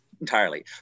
entirely